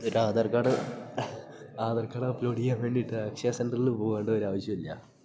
ഒരു Aadhaar card Aadhaar card upload ചെയ്യാൻ വേണ്ടിയിട്ട് അക്ഷയ സെൻ്ററിൽ പോവേണ്ട ഒരു ആവശ്യവുമില്ല